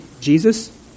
Jesus